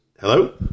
Hello